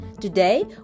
Today